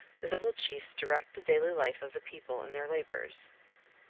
the civil chiefs direct the daily life of the people in their labors.